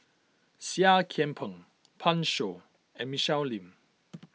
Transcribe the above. Seah Kian Peng Pan Shou and Michelle Lim